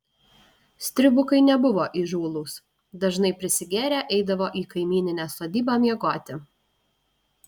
stribukai nebuvo įžūlūs dažnai prisigėrę eidavo į kaimyninę sodybą miegoti